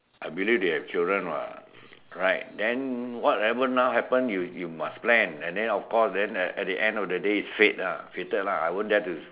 I believe they have children [what] right then whatever now happen you you must plan and then of course then at the end of the day it's fate ah fated lah I won't dare to